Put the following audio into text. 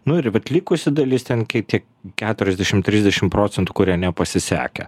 nu ir vat likusi dalis ten ki tie keturiasdešim trisdešim procentų kurie nepasisekę